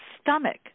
stomach